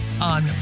On